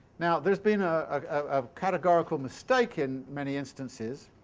now, there's been a categorical mistake in many instances,